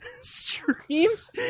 streams